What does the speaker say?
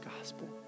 gospel